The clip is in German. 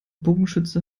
bogenschütze